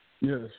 Yes